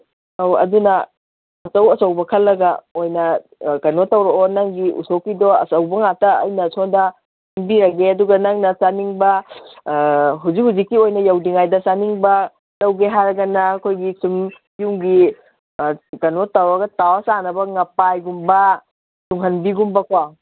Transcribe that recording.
ꯑꯧ ꯑꯗꯨꯅ ꯑꯆꯧ ꯑꯆꯧꯕ ꯈꯜꯂꯒ ꯑꯣꯏꯅ ꯀꯩꯅꯣ ꯇꯧꯔꯛꯑꯣ ꯅꯪꯒꯤ ꯎꯁꯣꯞꯀꯤꯗꯣ ꯑꯆꯧꯕ ꯉꯥꯛꯇ ꯑꯩꯅ ꯁꯣꯟꯗ ꯁꯤꯟꯕꯤꯔꯒꯦ ꯑꯗꯨꯅ ꯅꯪꯅ ꯆꯥꯅ ꯆꯥꯅꯤꯡꯕ ꯍꯧꯖꯤꯛꯀꯤ ꯍꯧꯖꯤꯛꯀꯤ ꯑꯣꯏꯅ ꯌꯧꯗ꯭ꯔꯤꯉꯩꯗ ꯆꯥꯅꯤꯡꯕ ꯂꯧꯒꯦ ꯍꯥꯏꯔꯒꯅ ꯑꯩꯈꯣꯏꯒꯤ ꯌꯨꯝꯒꯤ ꯀꯩꯅꯣ ꯇꯧꯔꯒ ꯇꯥꯎꯔ ꯆꯥꯅꯕ ꯉꯄꯥꯏꯒꯨꯝꯕ ꯇꯨꯡꯍꯟꯕꯤꯒꯨꯝꯕꯀꯣ